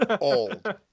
old